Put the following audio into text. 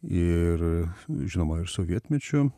ir žinoma ir sovietmečiu